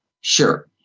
Sure